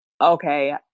okay